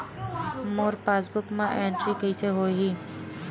मोर passbook मा entry कइसे होही?